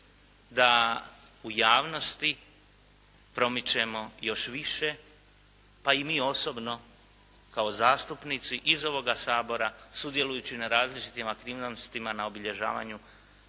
da u javnosti promičemo još više pa i mi osobno kao zastupnici iz ovoga Sabora sudjelujući na različitim aktivnostima na obilježavanju